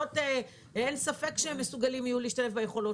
אין ספק שהם יהיו מסוגלים להשתלב ביכולות